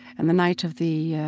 and the night of the